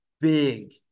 big